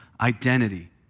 identity